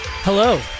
Hello